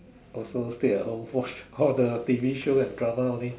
also stay at home watch all the T_V show and drama only